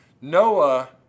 Noah